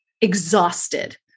exhausted